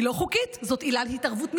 היא לא חוקית, זאת עילת התערבות ממילא.